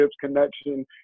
connection